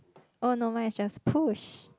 oh no mine is just push